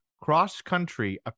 cross-country